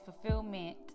fulfillment